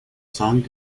song